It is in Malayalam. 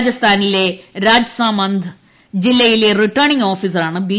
രാജസ്ഥാനിലെ രാജ്സമാന്ദ് ജില്ലയിലെ റിട്ടേണിർഗ്ഗ് ഓഫീസറാണ് ബി